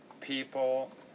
people